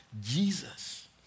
Jesus